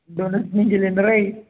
दोनच निघाले आहे ना रे